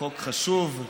חוק חשוב.